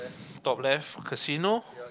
top left casino